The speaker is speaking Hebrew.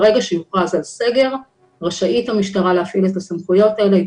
ברגע שיוכרז על סגר רשאית המשטרה להפעיל את הסמכויות האלה.